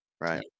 Right